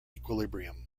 equilibrium